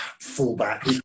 Fullback